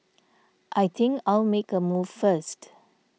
I think I'll make a move first